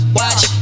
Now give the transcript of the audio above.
watch